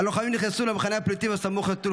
הלוחמים נכנסו למחנה הפליטים הסמוך לטול